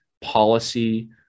policy